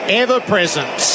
ever-present